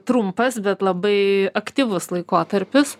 trumpas bet labai aktyvus laikotarpis